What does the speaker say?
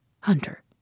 Hunter